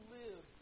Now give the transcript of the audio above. live